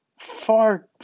far